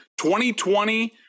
2020